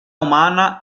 umana